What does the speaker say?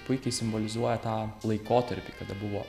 puikiai simbolizuoja tą laikotarpį kada buvo